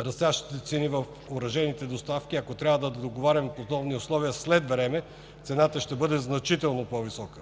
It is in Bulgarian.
растящите цени в оръжейните доставки, ако трябва да договаряме подобни условия след време, цената ще бъде значително по висока.